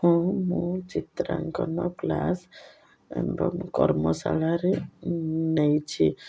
ହଁ ମୁଁ ଚିତ୍ରାଙ୍କନ କ୍ଲାସ୍ ଏବଂ କର୍ମଶାଳାରେ ନେଇଛି